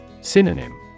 Synonym